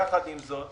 יחד עם זאת,